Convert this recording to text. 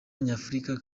nyafurika